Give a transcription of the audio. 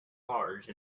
large